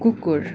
कुकुर